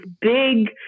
big